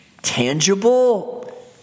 tangible